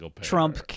Trump